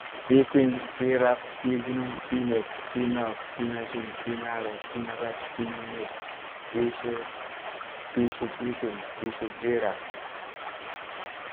Pi kwin, pi ran, pi gbunung, pi ned, pi nob, pi nashin, pi nare, pi natad, pi ninit, pi shub, pi shubɗi kwin, pi shubɗi rab.